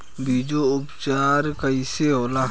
बीजो उपचार कईसे होला?